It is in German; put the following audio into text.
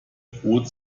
brot